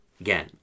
Again